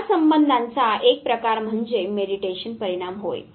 या संबंधांचा एक प्रकार म्हणजे मेडीटेशन परिणाम होय